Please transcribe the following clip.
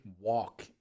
walk